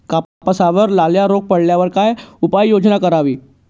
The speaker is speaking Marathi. कापसावर लाल्या रोग पडल्यावर काय उपाययोजना करावी?